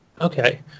Okay